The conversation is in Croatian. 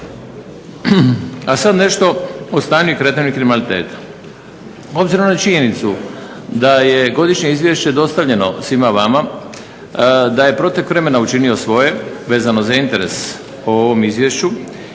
A sad nešto o stanju i kretanju kriminaliteta. Obzirom na činjenicu da je godišnje izvješće dostavljeno svima vama, da je protek vremena učinio svoje vezano za interes o ovom izvješću